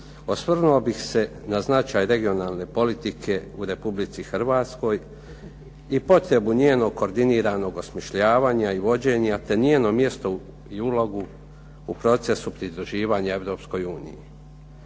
osvrnuo bih se na značaj regionalne politike u Republici Hrvatskoj i potrebu njenog koordiniranog osmišljavanja i vođenja te njeno mjesto i ulogu u procesu pridruživanja Europskoj uniji.